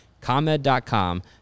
comed.com